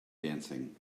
dancing